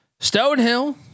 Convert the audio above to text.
Stonehill